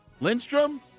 Lindstrom